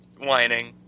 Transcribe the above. whining